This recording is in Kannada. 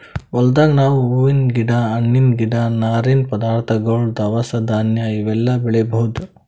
ಹೊಲ್ದಾಗ್ ನಾವ್ ಹೂವಿನ್ ಗಿಡ ಹಣ್ಣಿನ್ ಗಿಡ ನಾರಿನ್ ಪದಾರ್ಥಗೊಳ್ ದವಸ ಧಾನ್ಯ ಇವೆಲ್ಲಾ ಬೆಳಿಬಹುದ್